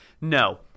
No